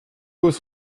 causes